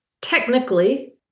technically